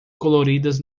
coloridas